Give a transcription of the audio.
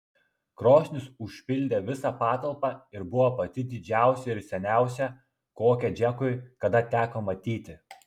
krosnis užpildė visą patalpą ir buvo pati didžiausia ir seniausia kokią džekui kada teko matyti